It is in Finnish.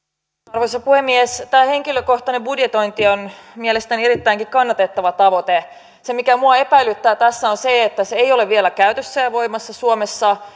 arvoisa puhemies tämä henkilökohtainen budjetointi on mielestäni erittäinkin kannatettava tavoite se mikä minua epäilyttää tässä on se että se ei ole vielä käytössä ja voimassa suomessa